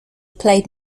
played